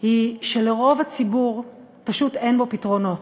היא שלרוב הציבור פשוט אין בו פתרונות.